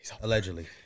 Allegedly